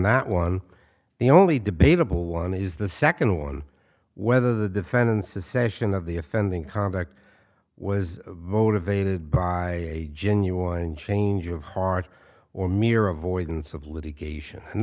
that one the only debatable one is the second one whether the defendants a session of the offending conduct was motivated by a genuine change of heart or mere avoidance of litigation and